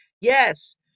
Yes